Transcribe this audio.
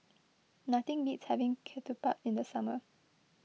nothing beats having Ketupat in the summer